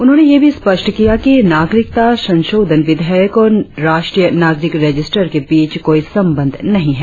उन्होंने यह भी स्पष्ट किया कि नागरिकता संशोधन विधेयक और राष्ट्रीय नागरिक रजिस्टर के बीच कोई संबंध नहीं है